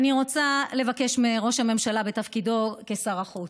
אני רוצה לבקש מראש הממשלה בתפקידו כשר החוץ,